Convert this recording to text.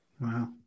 Wow